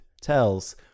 tells